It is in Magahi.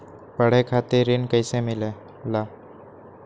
पढे खातीर ऋण कईसे मिले ला?